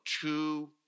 two